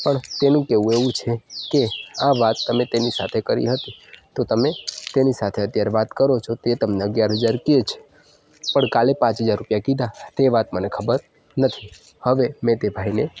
પણ તેનું કહેવું એવું છે કે આ વાત તમે તેની સાથે કરી હતી તો તમે તેની સાથે અત્યારે વાત કરો છો તે તમને અગિયાર હજાર કે છે પણ કાલે પાંચ હજાર રૂપિયા કીધા તે વાત મને ખબર નથી હવે મેં તે ભાઈને